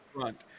front